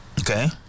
Okay